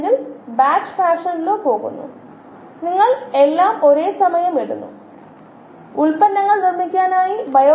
അതിനാൽ സബ്സ്ട്രേറ്റ് കോശങ്ങളുടെ മെയിൻറ്റെനൻസ് ആയി പോകുന്നു ഇത് തൃപ്തികരമാകുമ്പോൾ അത് കോശങ്ങൾ വർധിക്കുന്നതിനായി ഉപയോഗിക്കുന്നു